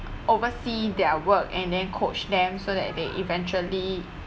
oversee their work and then coach them so that they eventually